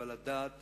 אבל יש לדעת